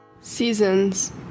Seasons